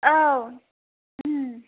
औ ओं